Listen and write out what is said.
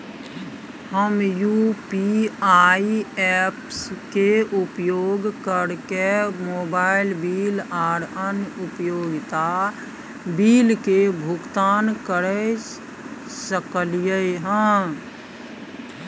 हम UPI apps के उपयोग कैरके मोबाइल बिल आर अन्य उपयोगिता बिल के भुगतान कैर सकलिये हन